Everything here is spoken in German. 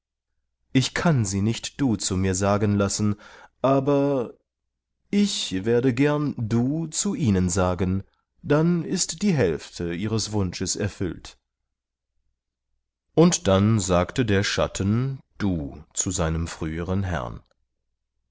ich kann sie nicht du zu mir sagen lassen aber ich werde gern du zu ihnen sagen dann ist die hälfte ihres wunsches erfüllt und dann sagte der schatten du zu seinem früheren herrn